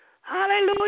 Hallelujah